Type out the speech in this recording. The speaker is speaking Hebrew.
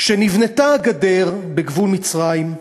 כשנבנתה הגדר בגבול מצרים,